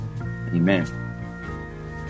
Amen